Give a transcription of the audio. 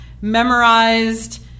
memorized